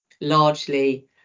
largely